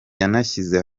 yanashyize